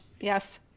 Yes